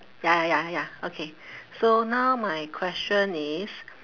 ya ya ya okay so now my question is